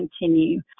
continue